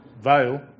veil